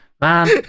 Man